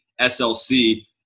SLC